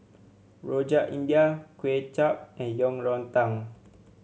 Rojak India Kuay Chap and Yang Rou Tang